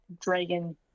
dragon